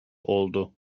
oldu